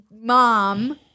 mom